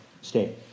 Stay